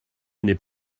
n’est